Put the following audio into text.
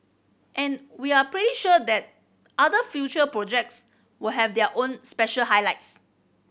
and we are pretty sure that other future projects will have their own special highlights